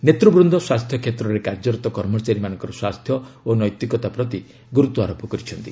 ନେତୃବୃନ୍ଦ ସ୍ୱାସ୍ଥ୍ୟ କ୍ଷେତ୍ରରେ କାର୍ଯ୍ୟରତ କର୍ମଚାରୀମାନଙ୍କର ସ୍ୱାସ୍ଥ୍ୟ ଓ ନୈତିକତା ପ୍ରତି ଗୁରୁତ୍ୱାରୋପ କରିଛନ୍ତି